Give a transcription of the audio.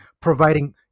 providing